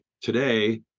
today